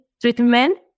treatment